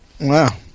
Wow